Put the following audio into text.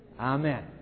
Amen